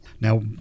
Now